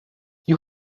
you